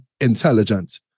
intelligent